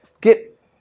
get